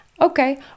Okay